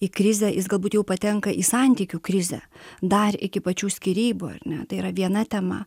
į krizę jis galbūt jau patenka į santykių krizę dar iki pačių skyrybų ar ne tai yra viena tema